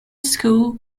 school